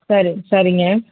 சரி சரிங்க